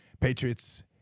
Patriots